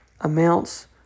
amounts